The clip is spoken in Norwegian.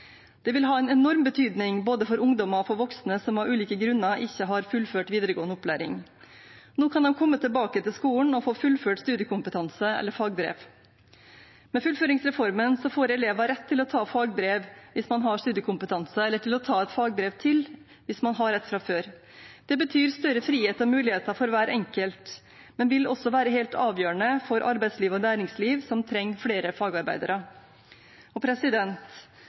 Det vil ha en enorm betydning for både ungdommer og voksne som av ulike grunner ikke har fullført videregående opplæring. Nå kan de komme tilbake til skolen og få fullført studiekompetanse eller fagbrev. Med fullføringsreformen får elever rett til å ta fagbrev hvis man har studiekompetanse, eller til å ta et fagbrev til hvis man har et fra før. Det betyr større frihet og muligheter for hver enkelt, men vil også være helt avgjørende for arbeidslivet og næringslivet, som trenger flere fagarbeidere.